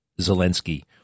Zelensky